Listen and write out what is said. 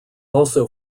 also